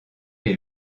les